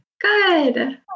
Good